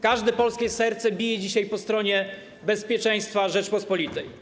Każde polskie serce bije dzisiaj po stronie bezpieczeństwa Rzeczypospolitej.